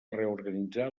reorganitzar